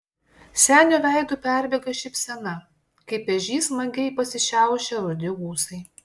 senio veidu perbėga šypsena kaip ežys smagiai pasišiaušę rudi ūsai